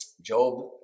Job